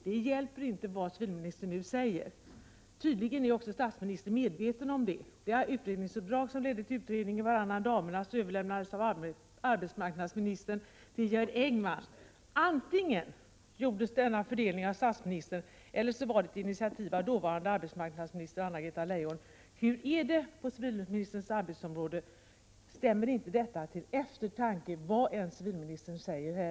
Det hjälper inte vad civilministern nu säger. Tydligen är också statsministern medveten om detta. Det har det utredningsuppdrag som ledde fram till utredningen Varannan damernas, som överlämnades av arbetsmarknadsministern till Gerd Engman, visat. Antingen gjordes denna fördelning av statsministern eller också var det ett initiativ från dåvarande arbetsmarknadsministern Anna-Greta Leijon. Hur är det på civilministerns arbetsområde? Stämmer inte detta till eftertanke, vad än civilministern säger?